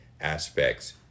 aspects